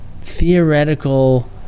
theoretical